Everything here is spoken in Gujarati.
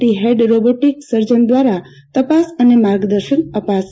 ટી હેડ રોબોટિક સર્જન દ્વારા તપાસ અને માર્ગદર્શન નિઃશુલ્ક છે